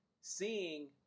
seeing